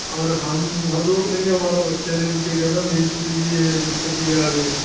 और हम हम रोक लेंगे हमारा बच्चा नहीं रुकेगा ना मैंन चीज तो ये है दिक्कत ये आ रही है